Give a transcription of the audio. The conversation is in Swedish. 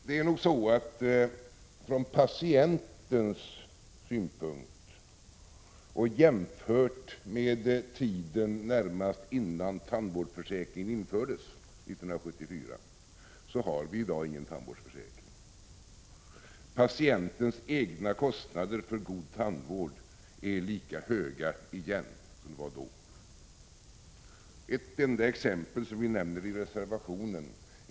Det är nog så att från patientens synpunkt och jämfört med tiden närmast innan tandvårdsförsäkringen infördes 1974 har vi i dag ingen tandvårdsförsäkring. Patientens egna kostnader för god tandvård är i dag lika höga som de var då. Låt mig belysa detta med ett enda exempel, som vi också nämner i reservationen.